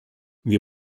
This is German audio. wir